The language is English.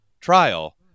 trial